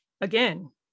again